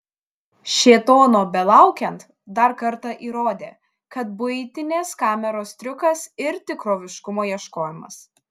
šėtono belaukiant dar kartą įrodė kad buitinės kameros triukas ir tikroviškumo ieškojimas